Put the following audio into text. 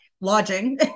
lodging